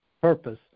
purpose